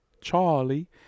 Charlie